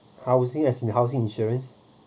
housing as in housing insurance